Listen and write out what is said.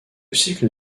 cycle